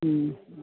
മ്